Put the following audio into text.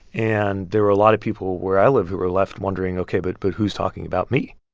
and there were a lot of people where i live who were left wondering ok, but but who's talking about me?